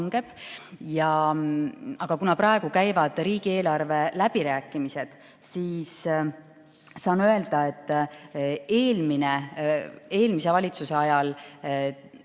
Aga kuna praegu käivad riigieelarve läbirääkimised, siis saan öelda, et eelmise valitsuse ajal